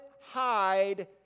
hide